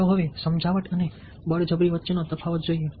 ચાલો હવે સમજાવટ અને બળજબરી વચ્ચેનો તફાવત જોઈએ